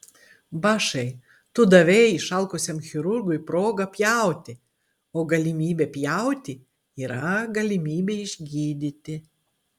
bašai tu davei išalkusiam chirurgui progą pjauti o galimybė pjauti yra galimybė išgydyti